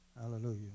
Hallelujah